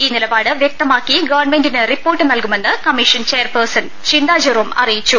ഈ നിലപാട് വ്യക്തമാക്കി ഗവൺമെന്റിന് റിപ്പോർട്ട് നൽകുമെന്ന് കമ്മീഷൻ ചെയർപേഴ്സൺ ചിന്താ ജെറോം അറിയിച്ചു